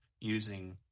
using